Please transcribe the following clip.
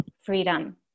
freedom